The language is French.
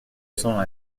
cents